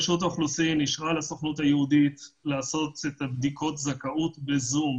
האוכלוסין אישרה לסוכנות היהודית לעשות בדיקות זכאות ב-זום.